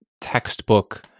textbook